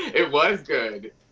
it was good.